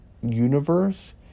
universe